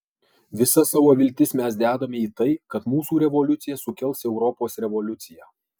visas savo viltis mes dedame į tai kad mūsų revoliucija sukels europos revoliuciją